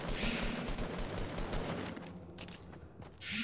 keratin बार के बढ़े में मदद करेला